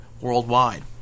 worldwide